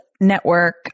Network